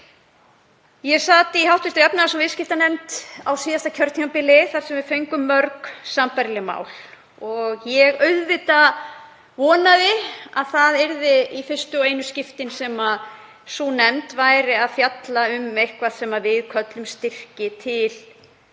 Ég sat í hv. efnahags- og viðskiptanefnd á síðasta kjörtímabili þar sem við fengum mörg sambærileg mál og ég vonaði auðvitað að það yrði í fyrstu og einu skiptin sem sú nefnd væri að fjalla um eitthvað sem við köllum styrki til